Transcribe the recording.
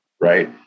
right